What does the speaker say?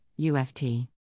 UFT